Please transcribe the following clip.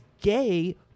gay